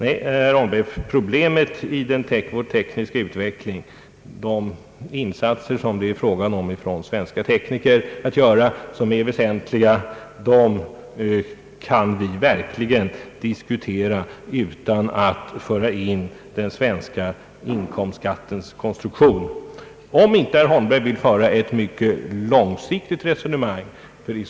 Nej, herr Holmberg, problemen i den tekniska utvecklingen och de insatser det är fråga om att svenska tekniker skall göra kan vi verkligen diskutera utan att i debatten föra in den svenska inkomstskattens konstruktion. Det är möjligt att herr Holmberg vill föra ett mycket långsiktigt resonemang.